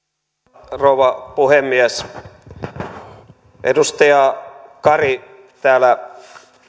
arvoisa rouva puhemies edustaja kari täällä